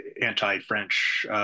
anti-french